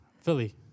Philly